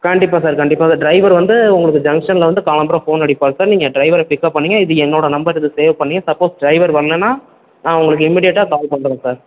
கண்டிப்பாக சார் கண்டிப்பாக ட்ரைவர் வந்து உங்களுக்கு ஜங்க்ஷனில் வந்து காலம்பற ஃபோன் அடிப்பார் சார் நீங்கள் ட்ரைவரை பிக்கப் பண்ணிக்குங்க இது என்னோட நம்பர் இது சேவ் பண்ணிக்கிங்க சப்போஸ் ட்ரைவர் வரலன்னா நான் உங்களுக்கு இமீடியேட்டாக கால் பண்ணுறேன் சார்